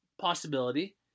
possibility